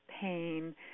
pain